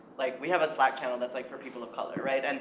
like we have a slack channel that's like for people of color, right? and